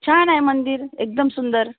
छान आहे मंदिर एकदम सुंदर